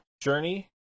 journey